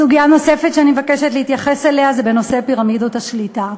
סוגיה נוספת שאני מבקשת להתייחס אליה היא בנושא פירמידות השליטה,